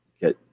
get